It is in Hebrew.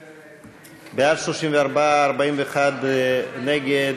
בעד, 34, 41 נגד,